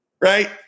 Right